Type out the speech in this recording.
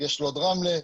יש לוד רמלה,